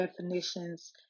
definitions